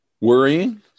Worrying